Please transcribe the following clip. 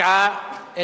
התשע"א 2010,